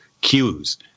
cues